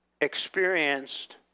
experienced